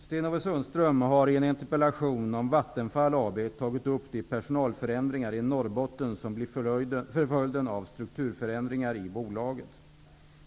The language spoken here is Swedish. Herr talman! Sten-Ove Sundström har i en interpellation om Vattenfall AB tagit upp de personalförändringar i Norrbotten som blir följden av strukturförändringar i bolaget.